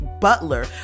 Butler